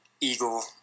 eagle